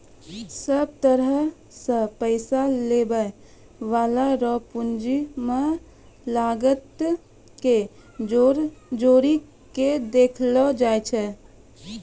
सब तरह से पैसा लगबै वाला रो पूंजी के लागत के जोड़ी के देखलो जाय छै